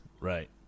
Right